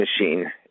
machine